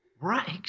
Right